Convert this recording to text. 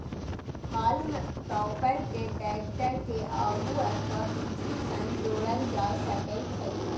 हाल्म टॉपर कें टैक्टर के आगू अथवा पीछू सं जोड़ल जा सकै छै